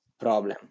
problem